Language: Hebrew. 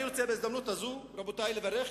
בהזדמנות הזאת אני רוצה לברך